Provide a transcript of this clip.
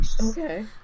Okay